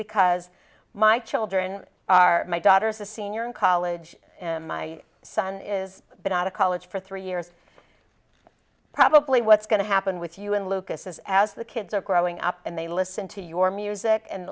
because my children are my daughter's a senior in college my son is but out of college for three years probably what's going to happen with you and lucas is as the kids are growing up and they listen to your music and